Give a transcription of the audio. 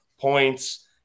points